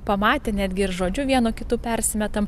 pamatę netgi ir žodžiu vienu kitu persimetam